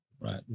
Right